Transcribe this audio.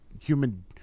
human